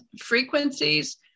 frequencies